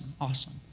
awesome